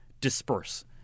disperse